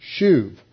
shuv